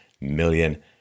million